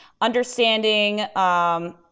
understanding